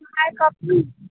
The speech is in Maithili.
आइ कखन